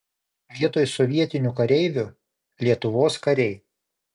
vietoj sovietinių kareivių lietuvos kariai